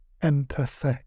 empathy